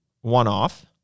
one-off